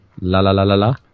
la-la-la-la-la